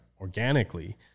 organically